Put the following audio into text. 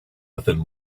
within